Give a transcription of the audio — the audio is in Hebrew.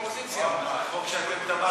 אתם האופוזיציה, חוק שאתם תמכתם בו.